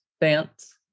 dance